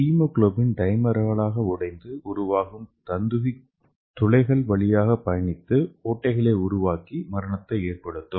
haemoglobin டைமர்களாக உடைந்து உருவாக்கும் தந்துகி துளைகள் வழியாக பயணித்து ஓட்டைகளை உருவாக்கி மரணத்தை ஏற்படுத்தும்